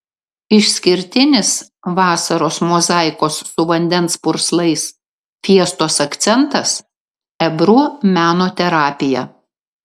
išskirtinis vasaros mozaikos su vandens purslais fiestos akcentas ebru meno terapija